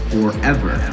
Forever